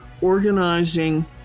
organizing